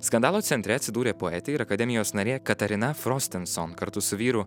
skandalo centre atsidūrė poetė ir akademijos narė katarina frostinson kartu su vyru